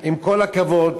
עם כל הכבוד,